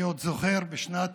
אני עוד זוכר שבשנת